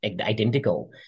identical